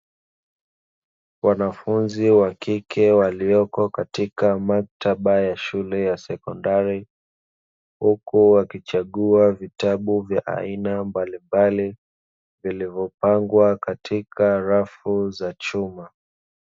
Wanafunzi wa kike waliopo katika maktaba ya shule ya sekondari, huku wakichagua vitabu vya aina mbalimbali vilivyopangwa katika rafu za chuma.